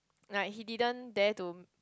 like he didn't dare to